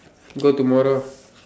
go to tomorrow